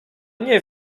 nie